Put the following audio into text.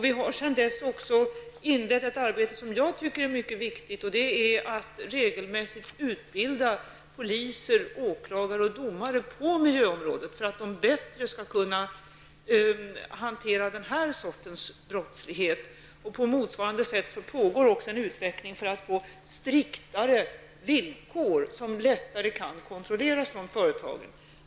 Vi har sedan dess inlett ett arbete som jag tycker är myvket viktigt, nämligen att regelmässigt utbilda poliser, åklagare och domare på miljöområdet för att de bättre skall kunna hantera den här sortens brottslighet. På motsvarande sätt pågår en utveckling för att få striktare villkor som lättare kan kontrolleras från företagen.